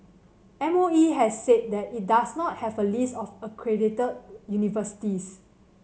M O E has said that it does not have a list of accredited universities